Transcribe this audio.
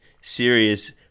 serious